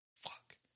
Fuck